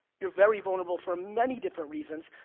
you're very vulnerable for many different reasons.